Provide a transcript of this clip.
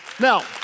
Now